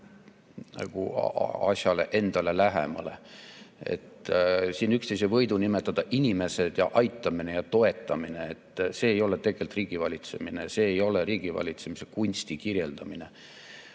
asjale endale lähemale. Siin üksteise võidu nimetada sõnu "inimesed" ja "aitamine" ja "toetamine" – see ei ole tegelikult riigivalitsemine, see ei ole riigivalitsemiskunsti kirjeldamine.